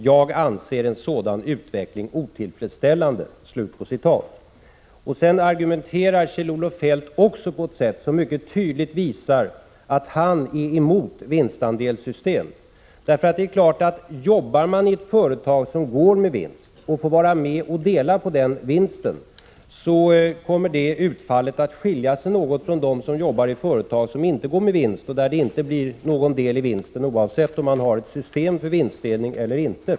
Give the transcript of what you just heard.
——— Jag anser en sådan utveckling otillfredsställande.” Sedan argumenterar Kjell-Olof Feldt också på ett sätt som mycket tydligt visar att han är emot vinstandelssystem. Det är klart att jobbar man i ett företag som går med vinst och får vara med och dela på den vinsten, kommer utfallet att skilja sig något från vad de får som jobbar i företag som inte går med vinst. I det senare fallet får den anställde ingen deli vinst oavsett om det finns ett system för vinstdelning eller inte.